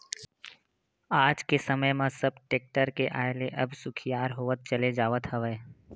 आज के समे म सब टेक्टर के आय ले अब सुखियार होवत चले जावत हवय